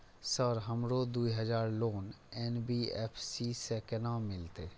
Sir हमरो दूय हजार लोन एन.बी.एफ.सी से केना मिलते?